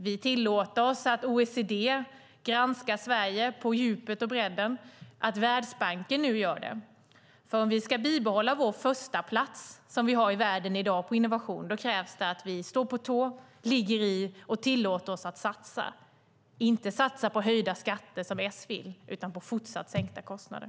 Vi tillåter oss att granskas av OECD på djupet och bredden och att Världsbanken nu gör det, för om vi ska bibehålla vår förstaplats, som vi har i världen i dag när det gäller innovation, krävs det att vi står på tå, ligger i och tillåter oss att satsa, inte satsa på höjda skatter, som S vill, utan på fortsatt sänkta kostnader.